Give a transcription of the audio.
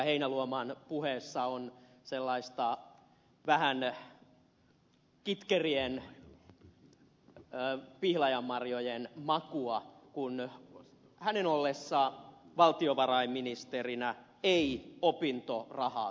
heinäluoman puheessa on vähän sellaista kitkerien pihlajanmarjojen makua kun hänen ollessaan valtiovarainministerinä ei opintorahaa korotettu